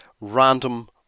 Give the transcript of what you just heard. random